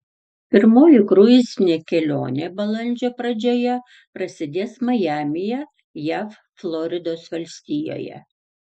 pirmoji kruizinė kelionė balandžio pradžioje prasidės majamyje jav floridos valstijoje